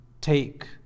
take